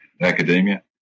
academia